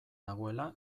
nagoela